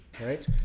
right